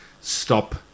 stop